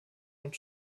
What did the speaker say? und